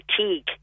fatigue